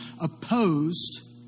opposed